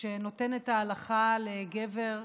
שנותנת ההלכה לגבר,